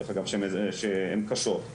דרך אגב שהם קשות,